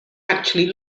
actually